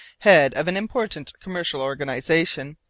head of an important commercial organisation,